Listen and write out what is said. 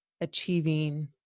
achieving